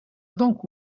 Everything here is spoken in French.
donc